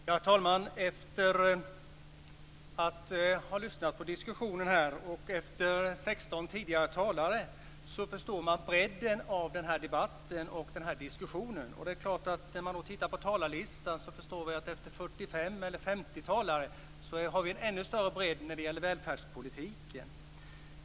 Herr talman! Efter att ha lyssnat på diskussionen här och efter 16 tidigare talare förstår man bredden av debatten och den här diskussionen. När man då tittar på talarlistan förstår vi att efter 45 eller 50 talare har vi en ännu större bredd när det gäller välfärdspolitiken.